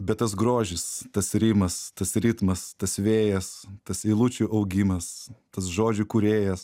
bet tas grožis tas rimas tas ritmas tas vėjas tas eilučių augimas tas žodžių kūrėjas